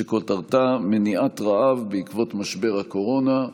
שכותרתה: מניעת רעב בעקבות משבר הקורונה.